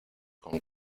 con